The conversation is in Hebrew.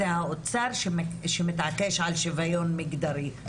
זה האוצר שמתעקש על שוויון מגדרי.